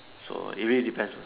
so anyway depends